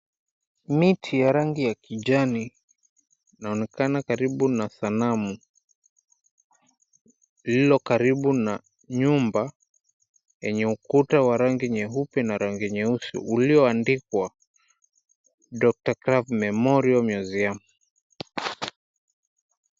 Miti ya rangi ya kijani inaonekana karibu na sanamu lililokaribu na nyumba yenye ukuta wa rangi nyeupe na rangi nyeusi ulioandikwa 'Doctor Kraft Memorial Museum'.